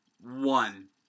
one